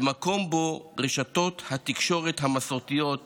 במקום שבו רשתות התקשורת המסורתיות